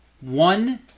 one